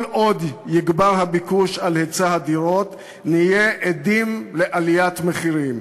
כל עוד יגבר הביקוש על היצע הדירות נהיה עדים לעליית מחירים.